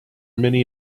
many